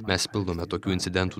mes pildome tokių incidentų